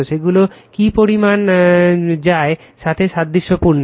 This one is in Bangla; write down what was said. সেগুলো কি পরিমাণ যায় সাথে সাদৃশ্যপূর্ণ